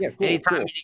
anytime